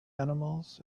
animals